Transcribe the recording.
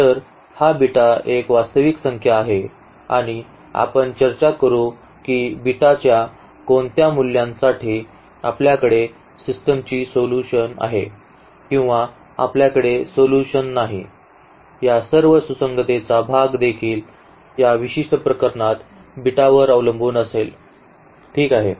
तर हा बीटा एक वास्तविक संख्या आहे आणि आपण चर्चा करू की बीटाच्या कोणत्या मूल्यांसाठी आपल्याकडे सिस्टमची सोल्यूशन आहे किंवा आपल्याकडे सोल्यूशन नाही या सर्व सुसंगततेचा भाग देखील या विशिष्ट प्रकरणात बीटावर अवलंबून असेल ठीक आहे